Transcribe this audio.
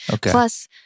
Plus